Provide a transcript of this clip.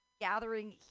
gathering